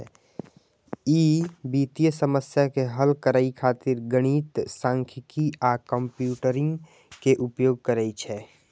ई वित्तीय समस्या के हल करै खातिर गणित, सांख्यिकी आ कंप्यूटिंग के उपयोग करै छै